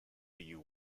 you